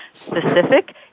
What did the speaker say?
specific